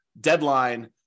deadline